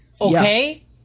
okay